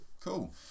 cool